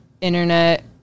internet